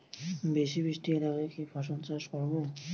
বেশি বৃষ্টি এলাকায় কি ফসল চাষ করব?